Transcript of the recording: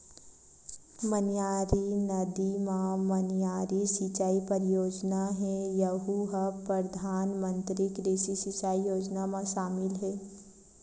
मनियारी नदिया म मनियारी सिचई परियोजना हे यहूँ ह परधानमंतरी कृषि सिंचई योजना म सामिल हे